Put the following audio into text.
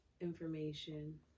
information